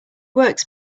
works